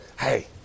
hey